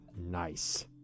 Nice